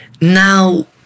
Now